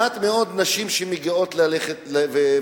מעט מאוד נשים מגיעות להתלונן.